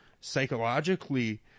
psychologically